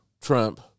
Trump